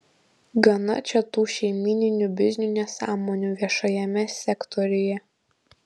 gana čia tų šeimyninių biznių nesąmonių viešajame sektoriuje